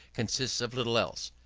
consists of little else.